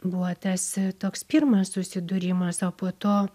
buvo tas toks pirmas susidūrimas o po to